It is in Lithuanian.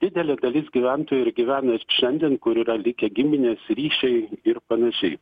didelė dalis gyventojų ir gyvena šiandien kur yra likę giminės ryšiai ir panašiai